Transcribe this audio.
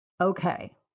Okay